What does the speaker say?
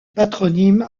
patronyme